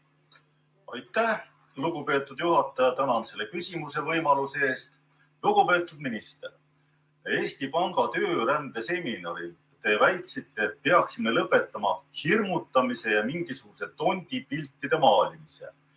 Aitäh, lugupeetud juhataja! Tänan selle küsimuse võimaluse eest! Lugupeetud minister! Eesti Panga töörändeseminaril te väitsite, et peaksime lõpetama hirmutamise ja mingisuguste tondipiltide maalimise,